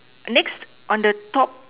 next on the top